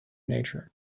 nature